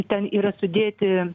ten yra sudėti